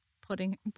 putting